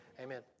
Amen